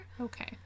okay